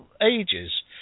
ages